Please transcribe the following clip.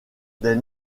des